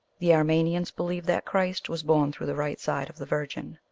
the armenians believe that christ was born through the right side of the virgin.